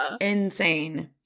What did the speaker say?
insane